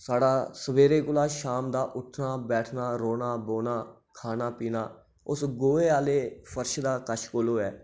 साढ़ा सवेरे कोला शाम दा उट्ठना बौह्ना रौह्ना बौह्ना खाना पीना उस गोहे आह्ले फर्श दे कच्छ कोल होऐ